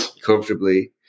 comfortably